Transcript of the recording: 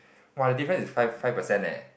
!woah! the difference is five five percent eh